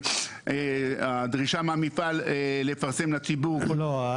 שהדרישה מהמפעל לפרסם לציבור --- לא,